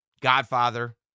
Godfather